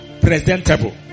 presentable